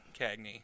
Cagney